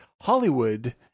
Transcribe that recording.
Hollywood